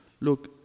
look